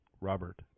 Robert